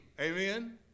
Amen